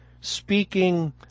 speaking